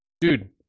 Dude